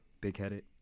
big-headed